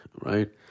right